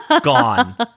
gone